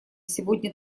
сегодня